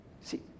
see